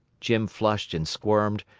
jim flushed and squirmed,